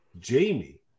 Jamie